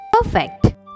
Perfect